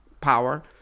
power